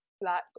black